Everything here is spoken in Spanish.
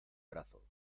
brazo